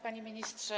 Panie Ministrze!